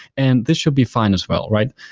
and this should be fine as well, right?